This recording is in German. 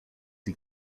die